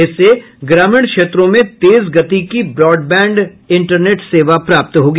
इससे ग्रामीण क्षेत्रों में तेज गति की ब्रॉडबैंड इंटरनेट सेवा प्राप्त होगी